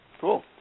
Cool